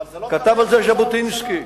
אבל זה לא קווי היסוד של הממשלה.